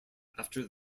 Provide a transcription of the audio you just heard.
after